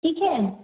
ठीक है